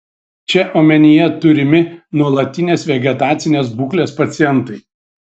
čia omenyje turimi nuolatinės vegetacinės būklės pacientai